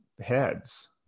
heads